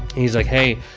he's like, hey,